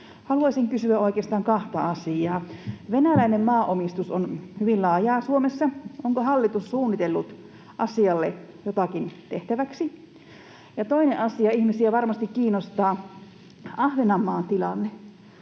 haluaisin kysyä oikeastaan kahta asiaa. Venäläinen maanomistus on hyvin laajaa Suomessa. Onko hallitus suunnitellut asialle jotakin tehtäväksi? Ja toinen asia: Ihmisiä varmasti kiinnostaa Ahvenanmaan tilanne.